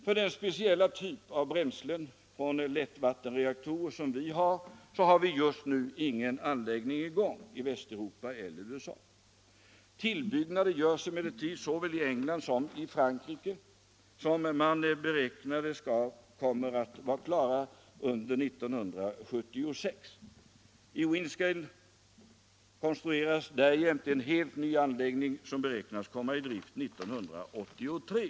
För den speciella typ av bränslen från lättvattenreaktorer som vi har finns just nu ingen anläggning i gång i Västeuropa eller USA. Tillbyggnader görs emellertid såväl i England som i Frankrike, och man beräknar att dessa kommer att vara klara under 1976. I Windscale konstrueras därjämte en helt ny anläggning som beräknas komma i drift 1983.